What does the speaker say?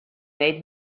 made